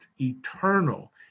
eternal